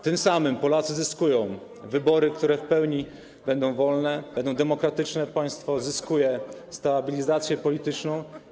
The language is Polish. Tym samym Polacy zyskują wybory, które w pełni będą wolne, będą demokratyczne, a państwo zyskuje stabilizację polityczną.